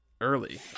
early